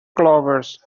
clovers